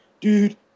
dude